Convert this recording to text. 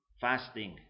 fasting